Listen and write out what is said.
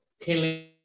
killing